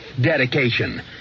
dedication